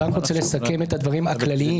אני רק רוצה לסכם את הדברים הכלליים,